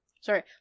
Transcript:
sorry